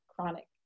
chronic